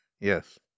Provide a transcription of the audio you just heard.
Yes